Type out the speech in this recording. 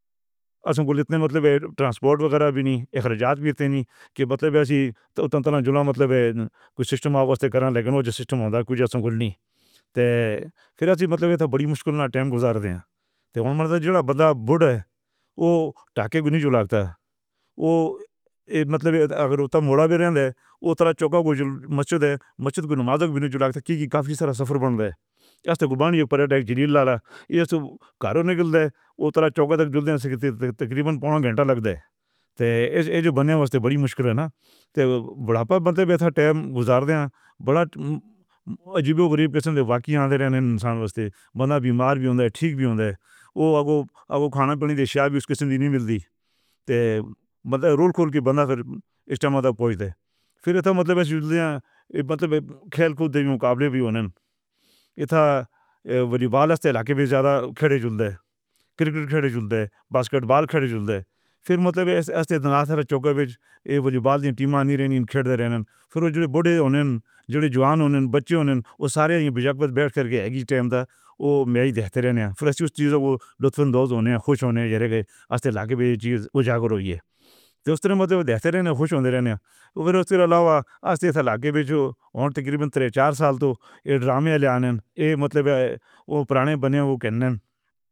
اور تُمکو اِتّے مطلب ہے ٹرانسپورٹ وَغیرہ بھی نہیں، اِک بھی ہوتے نہیں کے مطلب ایسی تو اُتنا تو جو مطلب ہے کُجھ سسٹم آ کرن نہیں۔ پھر ایسا مطلب اِتنا وڈی مشکل نہ ٹائم گُزار دے او۔ یہ مطلب یہ بھی رہݨ دے اُترا چوکا گُزر مسجد ہے، مسجد کافی سارا سفر بݨ دے۔ یہ جو تقریباً پَون گھنٹہ لگ دے تے، یہ جو بݨے ہے اُس توں وڈی مشکل ہے ناں تے بُڑھاپا۔ او عجیب، او غریب پسند ہے اِنسان بس تھے بندہ بیمار بھی ہووݨ دے، ٹھیک بھی ہووݨ دے۔ او ابّے او ابّے او کھانا پِیݨ دے، اُس دے نہیں مِلدی تھی مطلب رول کھول کے بندہ پھر اِتنا مطلب کھیل کود۔ باسکٹ بال پھر مطلب ایسے ایسے چَوکر وِچ؟ پھر او جو بولی او سارے۔